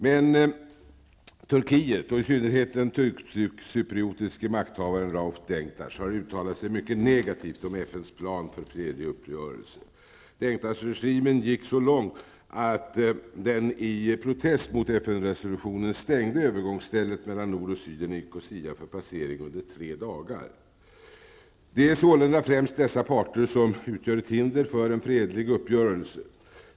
Men Turkiet och i synnerhet den turkcypriotiskea makthavaren Rauf Denktash har uttalat sig mycket negativt om FNs plan för en fredlig uppgörelse. Denktash-regimen gick så långt att den i protest mot FN-resolutionen stängde övergångsstället mellan nord och syd i Nicosia för passering under tre dagar. Det är sålunda främst dessa parter som utgör ett hinder för en fredlig uppgörelse.